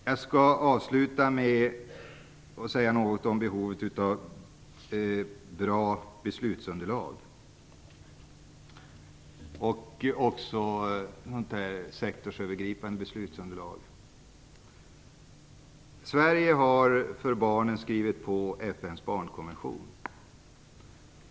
Jag skall avsluta med att säga något om behovet av bra beslutsunderlag, även sektorsövergripande beslutsunderlag. Sverige har skrivit på FN:s barnkonvention.